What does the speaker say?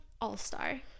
all-star